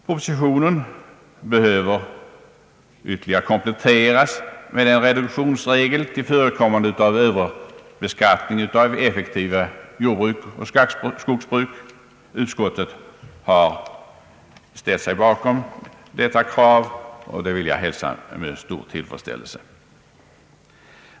Propositionen behöver ytterligare kompletteras med en reduktionsregel till förekommande av överbeskattning av effektiva jordbruk och skogsbruk. Utskottet har ställt sig bakom detta krav, och det vill jag hälsa med stor tillfredsställelse.